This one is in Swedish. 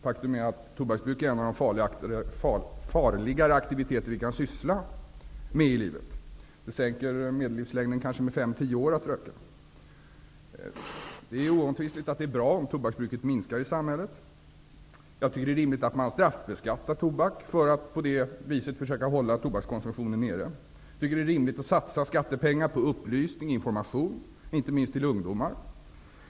Faktum är att tobaksbruk är en av de farligare aktiviteter som vi kan ägna oss åt i livet. Vi sänker medellivslängden med kanske fem till tio år genom att röka. Det är också oomtvistligt att det är bra om tobaksbruket i samhället minskar. Jag tycker att det är rimligt att man straffbeskattar tobak för att på det viset försöka att hålla tobakskonsumtionen nere. Jag tycker att det är rimligt att satsa skattepengar på upplysning och information, inte minst till ungdomar.